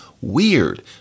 weird